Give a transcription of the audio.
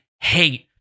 hate